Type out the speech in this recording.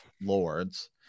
lords